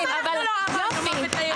גם אנחנו לא קראנו מוות ליהודים.